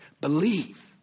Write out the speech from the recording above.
Believe